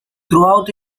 throughout